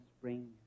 spring